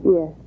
Yes